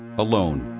alone,